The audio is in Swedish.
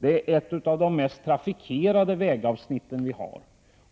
är alltså ett av de mest trafikerade vägavsnitten i Sverige.